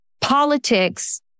politics